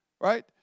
right